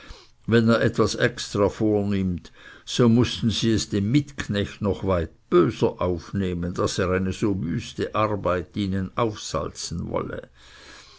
wenn er etwas extra vornimmt so mußten sie es dem mitknecht noch weit böser aufnehmen daß er eine so wüste arbeit ihnen aufsalzen wolle